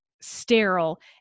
sterile